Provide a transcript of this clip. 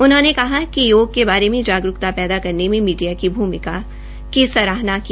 उन्होंने योग के बारे में जागरूकता पैदा करने में मीडिया की भूमिका की सराहना की